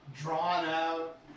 drawn-out